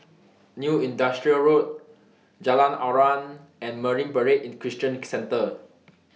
New Industrial Road Jalan Aruan and Marine Parade Christian Centre